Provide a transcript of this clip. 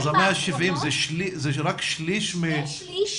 אז ה-170 זה רק שליש מ --- שני שליש